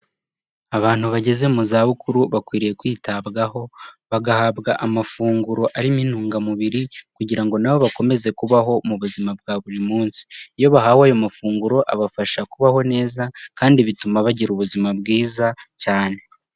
Abantu bageze mu zabukuru bakwiriye kwitabwaho bagahabwa amafunguro arimo intungamubiri kugira ngo na bo bakomeze kubaho mu buzima bwa buri munsi, iyo bahawe ayo mafunguro abafasha kubaho neza kandi bituma bagira ubuzima bwiza cyane.